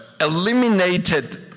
eliminated